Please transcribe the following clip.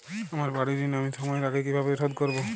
আমার বাড়ীর ঋণ আমি সময়ের আগেই কিভাবে শোধ করবো?